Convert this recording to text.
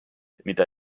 mida